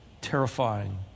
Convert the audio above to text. terrifying